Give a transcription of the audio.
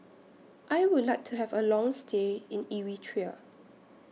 I Would like to Have A Long stay in Eritrea